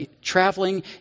traveling